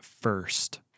first